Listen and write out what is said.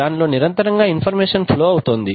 దానిలో నిరంతరంగా information flow అవుతుంది